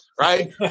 Right